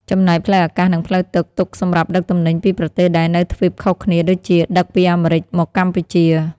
ចំណែកផ្លូវអាកាស និងផ្លូវទឹក ទុក សម្រាប់ដឹកទំនិញពីប្រទេសដែលនៅទ្វីបខុសគ្នាដូចជាដឹកពីអាមេរិកមកកម្ពុជា។